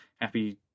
Happy